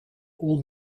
all